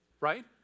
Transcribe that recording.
right